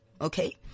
Okay